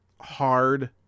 hard